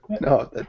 no